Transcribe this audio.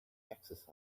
exercise